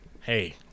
hey